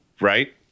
right